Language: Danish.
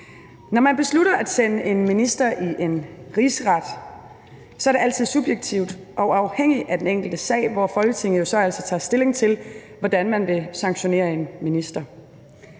Når man beslutter at sende en minister for en rigsret, er det altid subjektivt og afhængigt af den enkelte sag, hvor Folketinget jo så altså tager stilling til, hvordan man vil sanktionere en minister.